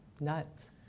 Nuts